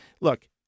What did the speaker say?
look